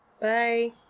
Bye